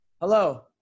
Hello